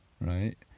right